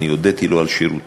אני הודיתי לו על שירותו.